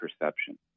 perception